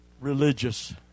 religious